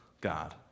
God